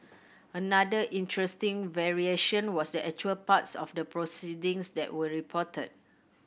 another interesting variation was actual parts of the proceedings that were reported